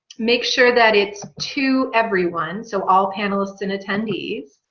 make sure that it's to everyone so all panelists and attendees